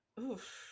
Oof